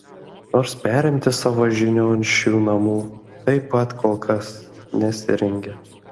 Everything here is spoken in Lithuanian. nors perimti savo žinion šių namų taip pat kol kas nesirengia